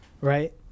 right